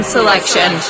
Selection